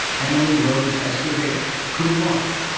emily rose escobedo, cum laude.